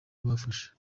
bafashe